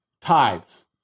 tithes